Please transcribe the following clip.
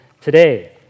today